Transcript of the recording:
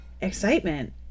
excitement